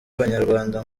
abanyarwanda